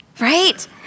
right